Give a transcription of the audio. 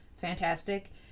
fantastic